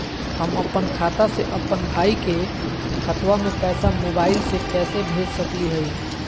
हम अपन खाता से अपन भाई के खतवा में पैसा मोबाईल से कैसे भेज सकली हई?